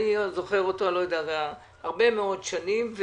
אני זוכר אותו הרבה מאוד שנים,